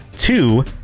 Two